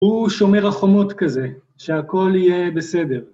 הומו